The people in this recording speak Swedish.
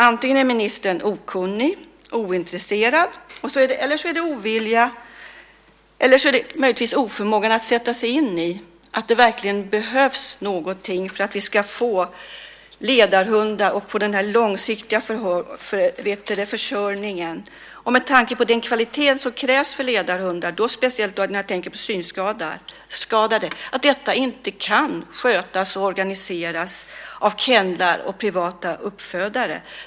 Antingen är ministern okunnig och ointresserad eller så är det ovilja eller möjligtvis oförmåga att sätta sig in i frågan. Det behövs verkligen någonting för att vi ska få ledarhundar och den långsiktiga försörjningen. Med tanke på den kvalitet som krävs för ledarhundar, och jag tänker då speciellt på synskadade, kan detta inte skötas och organiseras av kennlar och privata uppfödare.